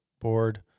board